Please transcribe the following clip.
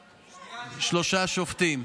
ושלושה שופטים.